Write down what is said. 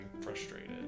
frustrated